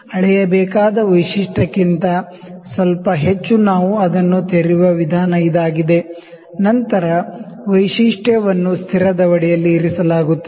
ಅಳೆಯಬೇಕಾದ ವೈಶಿಷ್ಟ್ಯಕ್ಕಿಂತ ಸ್ವಲ್ಪ ಹೆಚ್ಚು ನಾವು ಅದನ್ನು ತೆರೆಯುವ ವಿಧಾನ ಇದಾಗಿದೆ ನಂತರ ವೈಶಿಷ್ಟ್ಯವನ್ನು ಸ್ಥಿರ ದವಡೆಯಲ್ಲಿ ಇರಿಸಲಾಗುತ್ತದೆ